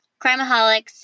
Crimeaholics